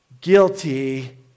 guilty